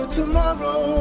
Tomorrow